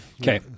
okay